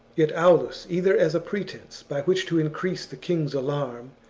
yet aulus, either as a pretence by which to increase the king's alarm,